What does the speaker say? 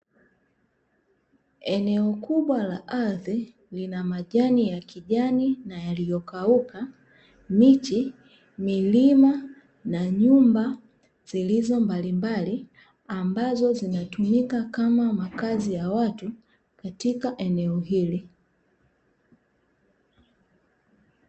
Eneo kubwa la ardhi lina majani ya kijani na yaliyo kauka, miche, milima, na nyumba zilizo mbalimbali ambazo zinatumika kama makazi ya watu katika eneo hili.